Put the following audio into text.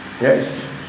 yes